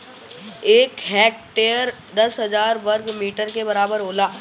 एक हेक्टेयर दस हजार वर्ग मीटर के बराबर होला